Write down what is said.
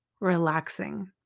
relaxing